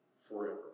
forever